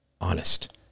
honest